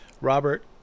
Robert